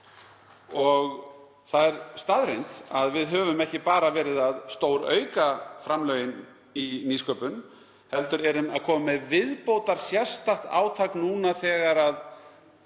Það er staðreynd að við höfum ekki bara verið að stórauka framlög í nýsköpun heldur erum við komin með viðbótarátak núna þegar